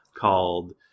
called